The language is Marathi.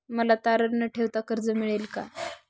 मला तारण न ठेवता कर्ज मिळेल का?